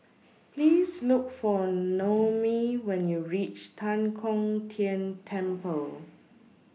Please Look For Noemi when YOU REACH Tan Kong Tian Temple